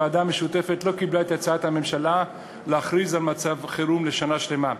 הוועדה המשותפת לא קיבלה את הצעת הממשלה להכריז על מצב חירום לשנה שלמה,